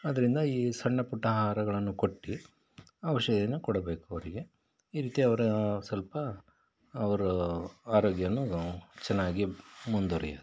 ಅದರಿಂದ ಈ ಸಣ್ಣ ಪುಟ್ಟ ಆಹಾರಗಳನ್ನು ಕೊಟ್ಟು ಔಷಧಿಯನ್ನು ಕೊಡಬೇಕು ಅವರಿಗೆ ಈ ರೀತಿ ಅವರ ಸ್ವಲ್ಪ ಅವರು ಆರೋಗ್ಯವನ್ನು ಚೆನ್ನಾಗಿ ಮುಂದ್ವರಿಯುತ್ತೆ